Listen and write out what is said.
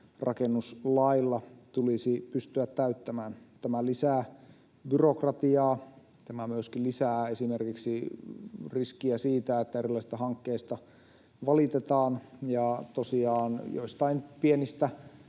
rakennuslailla tulisi pystyä täyttämään. Tämä lisää byrokratiaa, tämä myöskin lisää esimerkiksi riskiä siitä, että erilaisista hankkeista valitetaan. Tosiaan joistain pienistä